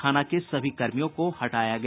थाना के सभी कर्मियों को हटाया गया